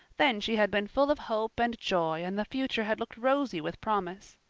then she had been full of hope and joy and the future had looked rosy with promise.